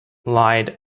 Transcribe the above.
lied